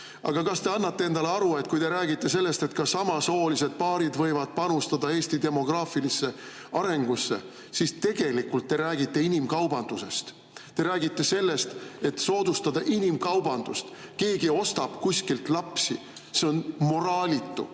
Aga kas te annate endale aru, et kui te räägite sellest, et ka samasoolised paarid võivad panustada Eesti demograafilisse arengusse, siis tegelikult te räägite inimkaubandusest. Te räägite sellest, et soodustada inimkaubandust. Keegi ostab kuskilt lapsi. See on moraalitu.